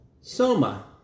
Soma